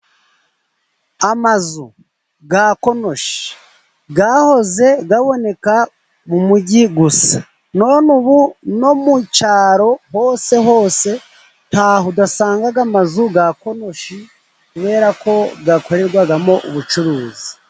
Inzu za konoshi yahoze aboneka mu mujyi gusa, none ubu no mu cyaro hose hose ntaho udasanga amazu ya konoshi, kubera ko akorerwamo ubucuruzi.